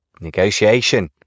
negotiation